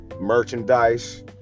merchandise